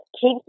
keep